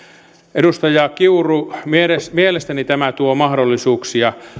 edustaja kiuru mielestäni mielestäni tämä tuo mahdollisuuksia